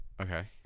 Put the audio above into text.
Okay